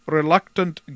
reluctant